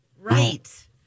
Right